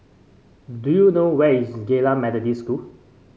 do you know where is Geylang Methodist School